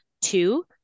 Two